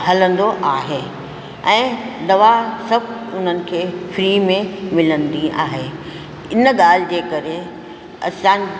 हलंदो आहे ऐं दवा सभु उन्हनि खे फ्री में मिलंदी आहे इन ॻाल्हि जे करे असां